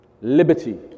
liberty